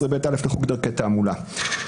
17ב(א) לחוק דרכי תעמולה.